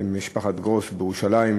למשפחת גרוס בירושלים.